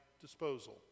disposal